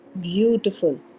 beautiful